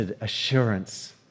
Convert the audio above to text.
assurance